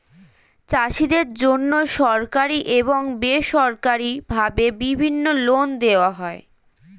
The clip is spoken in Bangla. চাষীদের জন্যে সরকারি এবং বেসরকারি ভাবে বিভিন্ন লোন দেওয়া হয়